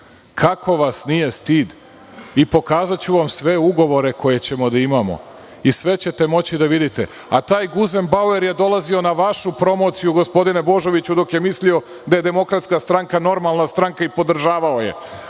kako vas nije stid, pokazaću vam sve ugovore koje ćemo da imamo i sve ćete moći da vidite, a taj Guzem Bauer je dolazio na vašu promociju gospodine Božoviću, dok je mislio da je Demokratska stranka normalna stranka i podržavao je,